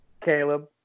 Caleb